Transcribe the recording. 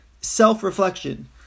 self-reflection